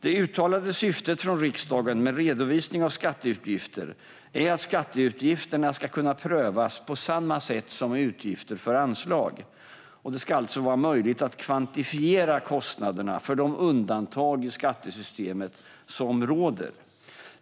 Det uttalade syftet från riksdagen med redovisning av skatteutgifter är att skatteutgifterna ska kunna prövas på samma sätt som utgifter för anslag. Det ska alltså vara möjligt att kvantifiera kostnaderna för de undantag i skattesystemet som råder.